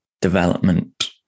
development